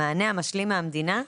המענה המשלים מהמדינה,